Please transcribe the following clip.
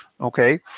okay